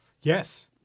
Yes